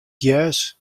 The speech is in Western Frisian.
gjers